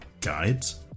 guides